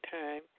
time